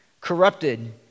corrupted